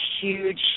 huge